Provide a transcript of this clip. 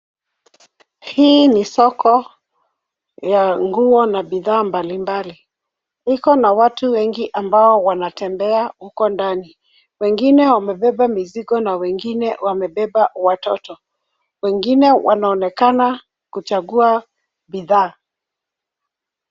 Hii ni soko ya nguo na bidhaa mbalimbali . Iko na watu wengi ambao wanatembea huko ndani. Wengine wamebeba mizigo na wengine wamebeba watoto. Wengine wanaonekana kuchagua bidhaa.